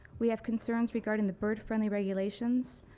we have concerns regard, and the bird friendly regulations.